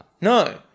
No